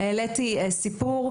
העליתי סיפור,